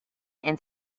and